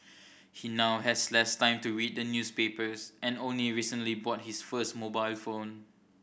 he now has less time to read the newspapers and only recently bought his first mobile phone